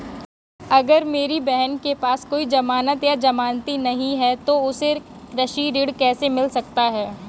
अगर मेरी बहन के पास कोई जमानत या जमानती नहीं है तो उसे कृषि ऋण कैसे मिल सकता है?